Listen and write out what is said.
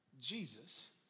Jesus